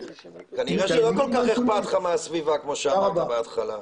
כנראה שלא כל כך אכפת לך מהסביבה כמו שאמרת בהתחלה.